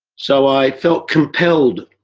so, i felt compelled